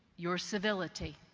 your civility,